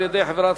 והספורט.